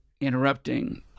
interrupting